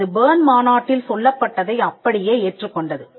அது பெர்ன் மாநாட்டில் சொல்லப்பட்டதை அப்படியே ஏற்றுக்கொண்டது